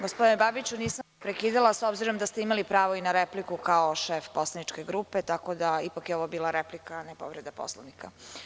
Gospodine Babiću, nisam vas prekidala s obzirom da ste imali pravo i na repliku kao šef poslaničke grupe, tako da je ipak ovo bila replika, a ne povreda Poslovnika.